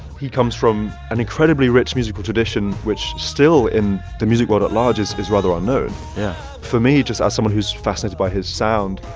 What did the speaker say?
he comes from an incredibly rich musical tradition which still, in the music world at large, is is rather unknown yeah for me, just as someone who's fascinated by his sound,